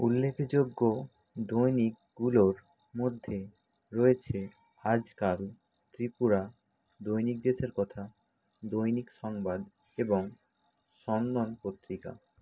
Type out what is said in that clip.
উল্লেখযোগ্য দৈনিকগুলোর মধ্যে রয়েছে আজকাল ত্রিপুরা দৈনিক দেশের কথা দৈনিক সংবাদ এবং স্যন্দন পত্রিকা